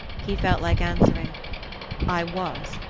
he felt like answering i was,